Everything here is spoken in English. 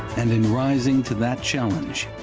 and in rising to that challenge,